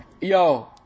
Yo